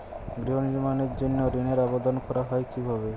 গৃহ নির্মাণের জন্য ঋণের আবেদন করা হয় কিভাবে?